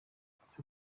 yavuze